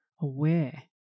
aware